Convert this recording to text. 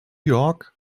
york